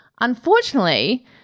unfortunately